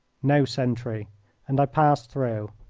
no sentry and i passed through.